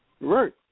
Right